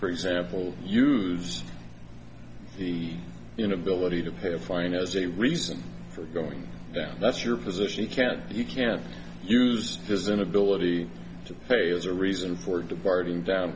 for example use the inability to pay a fine as a reason for going down that's your position can't you can't use his inability to pay as a reason for departing down